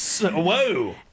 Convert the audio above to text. whoa